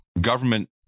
government